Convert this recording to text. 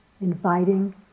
inviting